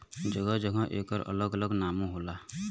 जगह जगह एकर अलग अलग नामो होला